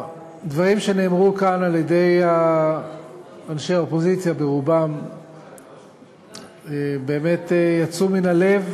הדברים שנאמרו כאן על-ידי אנשי האופוזיציה ברובם באמת יצאו מן הלב,